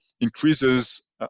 increases